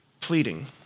Pleading